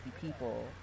people